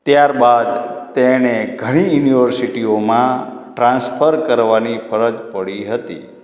ત્યારબાદ તેણે ઘણી યુનિવર્સિટીઓમાં ટ્રાન્સફર કરવાની ફરજ પડી હતી